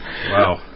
Wow